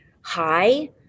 hi